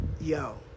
Yo